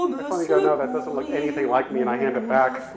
i finally go, no, that doesn't look anything like me and i hand it back.